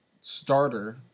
starter